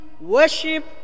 worship